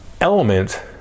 element